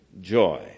joy